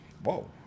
Whoa